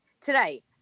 today